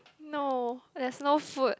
no there's no food